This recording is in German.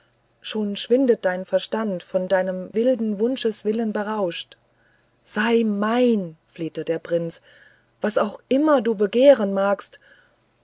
schon schwindet dein verstand von deinem wilden wunscheswillen berauscht sei mein flehte der prinz was auch immer du begehren magst